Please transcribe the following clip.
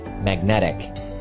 magnetic